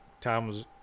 Tom's